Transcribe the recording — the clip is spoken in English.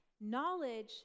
knowledge